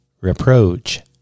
reproach